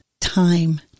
time